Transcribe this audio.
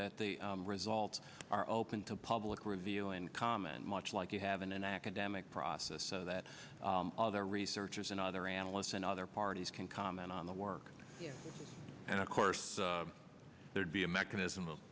that the results are open to public review and comment much like you have an academic process so that other researchers and other analysts and other parties can comment on the work and of course there'd be a mechanism